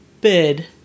bid